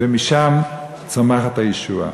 ומשם צומחת הישועה.